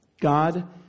God